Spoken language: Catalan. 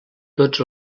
tots